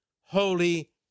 holy